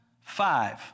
five